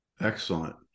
Excellent